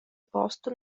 posto